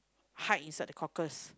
hide inside the cockles